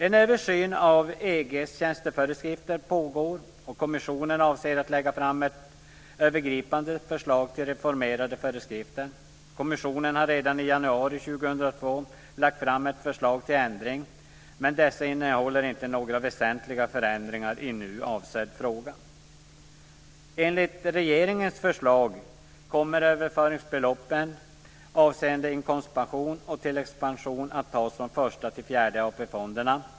En översyn av EG:s tjänsteföreskrifter pågår, och kommissionen avser att lägga fram ett övergripande förslag till reformerade föreskrifter. Kommissionen har redan i januari 2002 lagt fram ett förslag till ändring. Men det innehåller inte några väsentliga förändringar i nu avsedd fråga. Enligt regeringens förslag kommer överföringsbeloppen avseende inkomstpension och tilläggspension att tas från Första-Fjärde AP-fonderna.